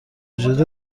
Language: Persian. وجود